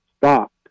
stopped